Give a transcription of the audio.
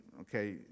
okay